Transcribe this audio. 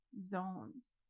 zones